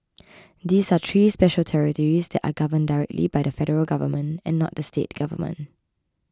these are three special territories that are governed directly by the Federal Government and not the state government